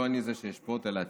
לא אני זה שישפוט אלא הציבור,